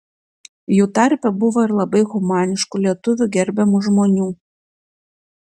jų tarpe buvo ir labai humaniškų lietuvių gerbiamų žmonių